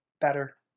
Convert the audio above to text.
better